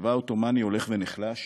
הצבא העות'מאני הולך ונחלש